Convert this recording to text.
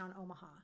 Omaha